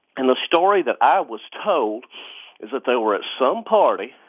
and the story that i was told is that they were at some party,